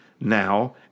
now